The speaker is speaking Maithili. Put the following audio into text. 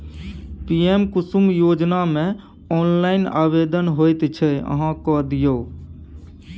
पीएम कुसुम योजनामे ऑनलाइन आवेदन होइत छै अहाँ कए दियौ